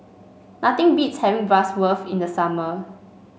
nothing beats having Bratwurst in the summer